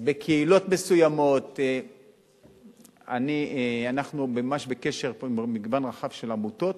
בקהילות מסוימות אנחנו ממש בקשר פה עם מגוון רחב של עמותות,